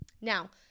Now